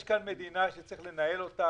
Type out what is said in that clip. יש כאן מדינה שצריך לנהל אותה.